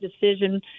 decision